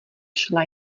šla